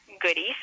goodies